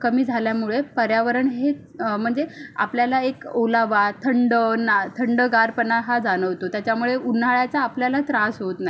कमी झाल्यामुळे पर्यावरण हे म्हणजे आपल्याला एक ओलावा थंड ना थंडगारपणा हा जाणवतो त्याच्यामुळे उन्हाळ्याचा आपल्याला त्रास होत नाही